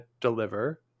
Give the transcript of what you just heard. deliver